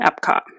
Epcot